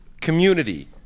community